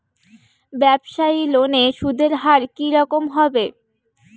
ব্যবসায়ী লোনে সুদের হার কি রকম হবে?